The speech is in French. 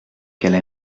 qu’elle